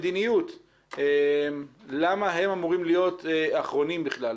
וכמדיניות, למה הם אמורים להיות האחרונים בכלל?